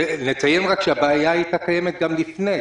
נציין רק שהבעיה הייתה קיימת גם לפני.